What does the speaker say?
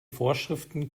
vorschriften